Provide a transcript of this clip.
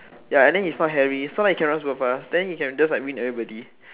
ya and then he's not hairy so like he can run super fast than he can just like win everybody